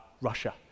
Russia